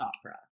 opera